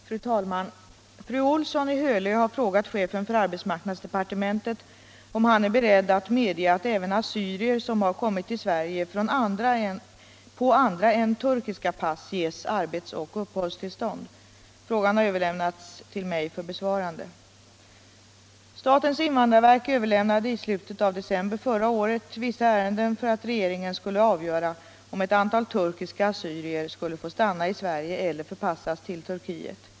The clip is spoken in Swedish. Fru talman! Fru Olsson i Hölö har frågat chefen för arbetsmarknadsdepartementet om han är beredd att medge att även assyrier som har kommit till Sverige på andra än turkiska pass ges arbetsoch uppehållstillstånd. Frågan har överlämnats till mig för besvarande. Statens invandrarverk överlämnade i slutet av december förra året vissa ärenden för att regeringen skulle avgöra om ett antal turkiska assyrier skulle få stanna i Sverige eller förpassas till Turkiet.